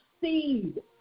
seed